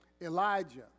Elijah